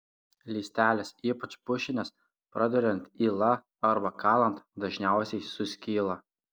lystelės ypač pušinės praduriant yla arba kalant dažniausiai suskyla